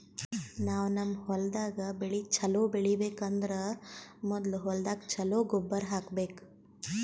ನಾವ್ ನಮ್ ಹೊಲ್ದಾಗ್ ಬೆಳಿ ಛಲೋ ಬೆಳಿಬೇಕ್ ಅಂದ್ರ ಮೊದ್ಲ ಹೊಲ್ದಾಗ ಛಲೋ ಗೊಬ್ಬರ್ ಹಾಕ್ಬೇಕ್